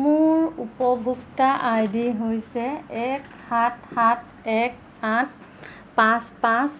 মোৰ উপভোক্তা I D হৈছে এক সাত সাত এক আঠ পাঁচ পাঁচ